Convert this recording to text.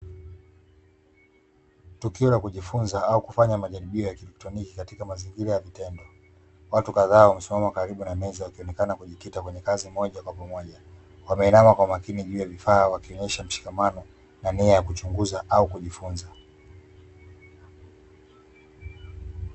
Tukio la kujifunza au kufanya majaribio ya kielektroniki katika mazingira ya vitendo. Watu kadhaa wamesimama karibu na meza wakionekana kujikita kwenye kazi moja kwa pamoja. Wameinama kwa makini juu ya vifaa wakionesha mshikamano na nia ya kuchunguza au kujifunza.